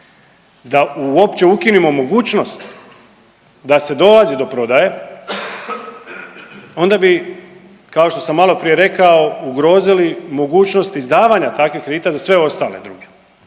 Da uopće ukinemo mogućnost da se dolazi do prodaje onda bi kao što sam maloprije rekao ugrozili mogućnost izdavanja takvih kredita za sve ostale druge.